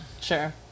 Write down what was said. sure